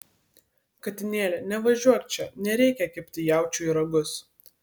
katinėli nevažiuok čia nereikia kibti jaučiui į ragus